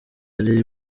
ari